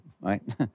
right